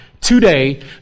today